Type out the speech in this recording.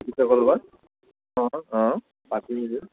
অ পাতি মেলি